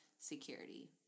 security